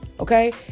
Okay